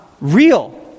real